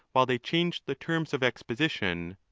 while they changed the terms of exposition,